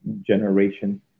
generation